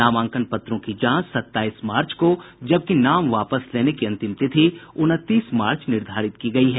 नामांकन पत्रों की जांच सत्ताईस मार्च को जबकि नाम वापस लेने की अंतिम तिथि उनतीस मार्च निर्धारित की गयी है